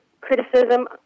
criticism